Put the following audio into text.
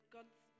God's